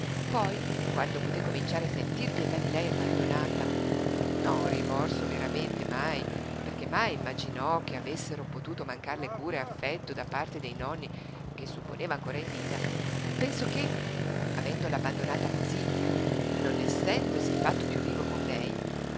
poi quando poté cominciare a sentir pietà di lei abbandonata non rimorso veramente mai perché mai non immaginò che avessero potuto mancarle cure e affetto da parte dei nonni che supponeva ancora in vita pensò che avendola abbandonata cosí non essendosi fatto piú vivo con lei